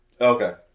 Okay